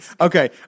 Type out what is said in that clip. Okay